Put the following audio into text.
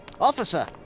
Officer